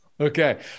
Okay